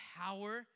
power